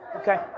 Okay